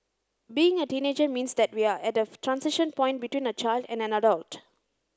being a teenager means that we're at a transition point between a child and an adult